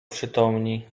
przytomni